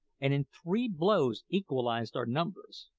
and in three blows equalised our numbers.